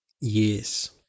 Yes